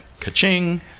Ka-ching